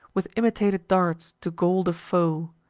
with imitated darts, to gall the foe.